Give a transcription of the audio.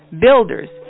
builders